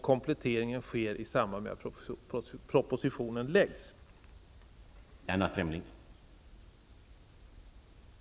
Kompletteringen sker i samband med att propositionen läggs fram.